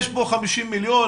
יש פה 50 מיליון,